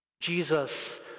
Jesus